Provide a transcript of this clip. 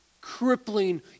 crippling